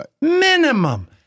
Minimum